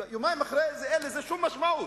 ויומיים אחרי זה אין לזה שום משמעות.